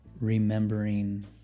remembering